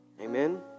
Amen